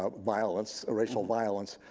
ah violence. racial violence.